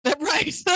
Right